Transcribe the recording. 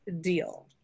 deal